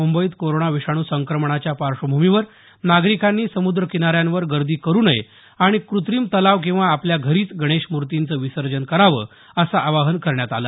मुंबईत कोरोना विषाणू संक्रमणाच्या पार्श्वभूमीवर नागरिकांनी समुद्रकिनाऱ्यांवर गर्दी करु नये आणि कृत्रिम तलाव किंवा आपल्या घरीच गणेशमूर्तींचं विसर्जन करावं असं आवाहन करण्यात आलं